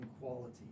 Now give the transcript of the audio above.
quality